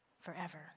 forever